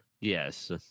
Yes